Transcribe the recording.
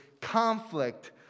conflict